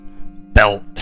belt